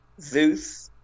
Zeus